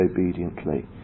obediently